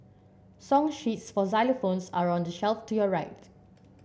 song sheets for xylophones are on the shelf to your right